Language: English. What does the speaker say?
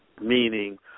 Meaning